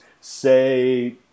say